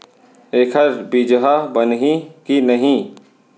एखर बीजहा बनही के नहीं?